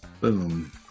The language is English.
Boom